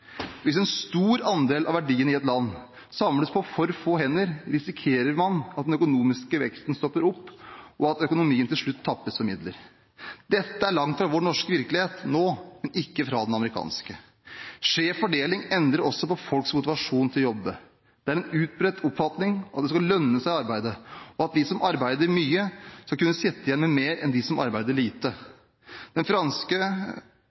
Hvis en stor andel av verdiene i et land samles på for få hender, risikerer man at den økonomiske veksten stopper opp, og at økonomien til slutt tappes for midler. Dette er langt fra vår norske virkelighet nå, men ikke fra den amerikanske. Skjev fordeling endrer også på folks motivasjon for å jobbe. Det er en utbredt oppfatning at det skal lønne seg å arbeide, og at de som arbeider mye, skal kunne sitte igjen med mer enn dem som arbeider lite. Den franske